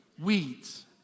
Weeds